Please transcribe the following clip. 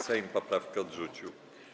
Sejm poprawkę odrzucił.